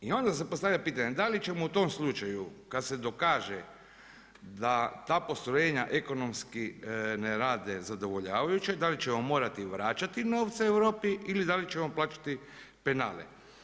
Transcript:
I onda se postavlja pitanje da li ćemo u tom slučaju kad se dokaže da ta postrojenja ekonomski ne rade zadovoljavajuće, da li ćemo morati vraćati novce Europi ili da li ćemo plaćati penale.